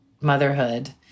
motherhood